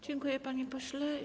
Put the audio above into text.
Dziękuję, panie pośle.